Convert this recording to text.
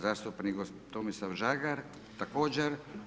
Zastupnik Tomislav Žagar, također.